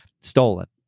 stolen